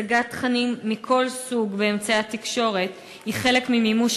הצגת תכנים מכל סוג באמצעי התקשורת היא חלק ממימוש